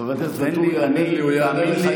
חבר הכנסת, תאמין לי, הוא יענה לך.